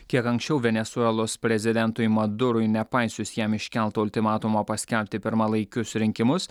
kiek anksčiau venesuelos prezidentui madurui nepaisius jam iškelto ultimatumo paskelbti pirmalaikius rinkimus